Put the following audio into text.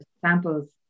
samples